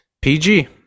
PG